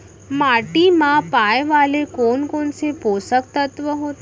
माटी मा पाए वाले कोन कोन से पोसक तत्व होथे?